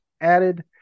added